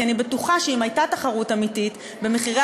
כי אני בטוחה שאם הייתה תחרות אמיתית במחירי